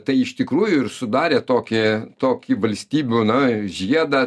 tai iš tikrųjų ir sudarė tokį tokį valstybių na žiedą